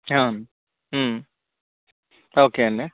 okay అండి